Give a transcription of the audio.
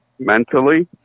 Mentally